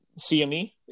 CME